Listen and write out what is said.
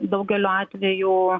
daugeliu atvejų